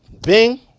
Bing